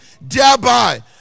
thereby